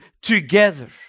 together